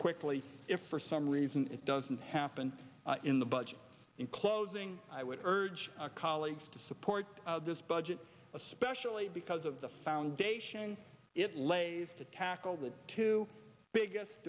quickly if for some reason it doesn't happen in the budget in closing i would urge our colleagues to support this budget especially because of the foundation it lays to tackle the two biggest